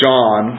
John